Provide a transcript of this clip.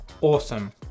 awesome